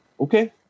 Okay